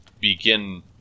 begin